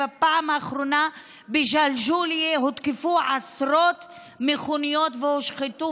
בפעם האחרונה בג'לג'וליה הותקפו עשרות מכוניות והושחתו,